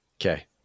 Okay